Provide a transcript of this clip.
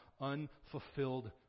unfulfilled